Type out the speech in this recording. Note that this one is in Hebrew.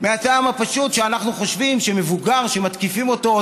מהטעם הפשוט שאנחנו חושבים שמבוגר שמתקיפים עוד